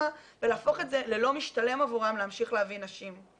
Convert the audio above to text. ולהפוך את זה ללא משתלם עבורם להמשיך להביא נשים.